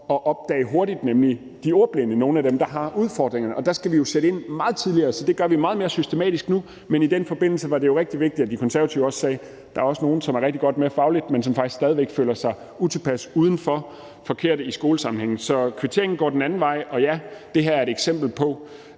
at opdage hurtigt, nemlig de ordblinde. Det er nogle af dem, der har udfordringerne. Der skal vi jo sætte ind meget tidligere, så det gør vi meget mere systematisk nu. Men i den forbindelse var det rigtig vigtigt, at De Konservative også sagde, at der er nogle, som er rigtig godt med fagligt, men som faktisk stadig væk føler sig utilpasse, udenfor, forkerte i skolesammenhæng. Så kvitteringen går den anden vej. Og ja, det her er et eksempel på,